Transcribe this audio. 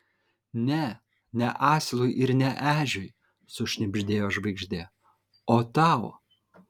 ne ne asilui ir ne ežiui sušnibždėjo žvaigždė o tau